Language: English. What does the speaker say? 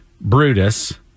Brutus